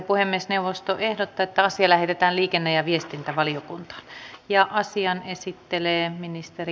puhemiesneuvosto ehdottaa että asia lähetetään liikenne ja viestintävaliokuntaan